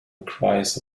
requires